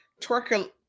twerker